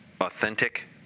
authentic